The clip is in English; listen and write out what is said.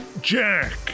Jack